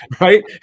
Right